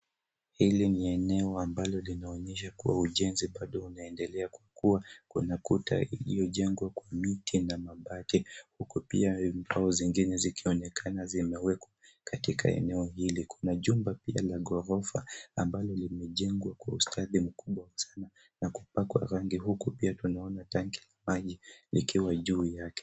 Hili ni eneo ambalo linaonyesha kuwa ujenzi bado unaendelea kukua. Kuna kuta iliyojengwa kwa miti na mabati huku pia mbao zingine zinaonekana zimewekwa katika eneo hili. Kuna jumba pia la gorofa ambalo limejengwa kwa ustadi mkubwa sana na kupakwa rangi huku pia tunaona tanki la maji likiwa juu yake.